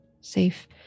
Safe